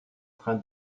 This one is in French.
train